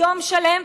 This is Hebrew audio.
יום שלם,